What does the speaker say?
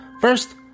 First